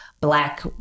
Black